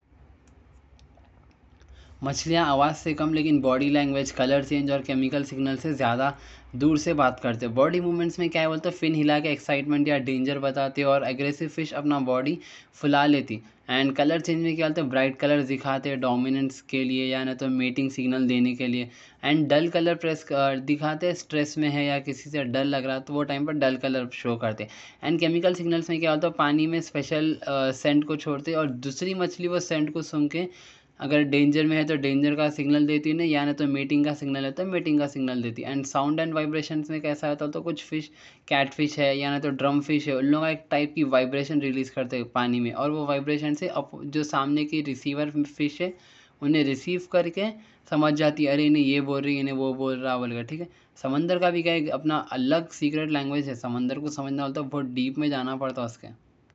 مچھلیاں آواز سے کم لیکن باڈی لینگویج، کلر چینج اور کیمیکل سگنل سے زیادہ دور سے بات کرتے۔ باڈی موومنٹس میں کیا بولتے؟ فن ہلا کے ایکسائٹمنٹ یا ڈینجر بتاتے۔ اور اگریسیف فِش اپنا باڈی پھیلا لیتی۔ اور کلر چینج میں کیا بولتا؟ برائٹ کلر دکھاتے ڈومیننس کے لیے یا ناں تو میٹنگ سگنل دینے کے لیے۔ اور ڈَل کلر دکھاتے سٹریس میں ہے یا کسی سے ڈَر لگ رہا تو وہ ٹائم پر ڈَل کلر شو کرتے۔ اور کیمیکل سگنل میں کیا بولتا؟ پانی میں سپیشل سینٹ کو چھوڑتے۔ اور دوسری مچھلی وہ سینٹ کو سنگ کے اگر ڈینجر میں ہے تو ڈینجر کا سگنل دیتی، یا ناں تو میٹنگ کا سگنل ہے تو میٹنگ کا سگنل دیتی۔ اور ساؤنڈ اینڈ وائبریشنز میں کیسا ہوتا؟ تو کچھ فِش کٹ فِش ہے یا ناں تو ڈرم فِش ہے، ان لوگوں کا ایک ٹائپ کی وائبریشنز ریلیز کرتے پانی میں۔ اور وہ وائبریشنز سے جو سامنے کی ریسیور فِش ہے، انہیں ریسیو کر کے سمجھ جاتی: ارے انہیں یہ بول رہی، انہیں وہ بول رہا، بول گیا۔ سمندر کا بھی اپنا الگ سیکرٹ لینگویج ہے۔ سمندر کو سمجھنا ہوتا ہے، بہت ڈیپ میں جانا پڑتا اس کے۔